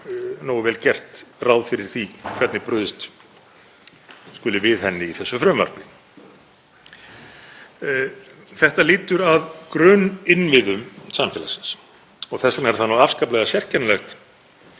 nógu vel gert ráð fyrir því hvernig brugðist skuli við henni í þessu frumvarpi. Þetta lýtur að grunninnviðum samfélagsins og þess vegna er afskaplega sérkennilegt